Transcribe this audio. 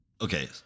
Okay